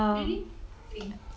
really makes you think